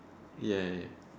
ya ya